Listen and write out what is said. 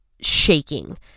shaking